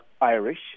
Irish